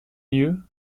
lieux